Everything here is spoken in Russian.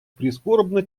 прискорбно